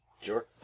Sure